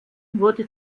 wurde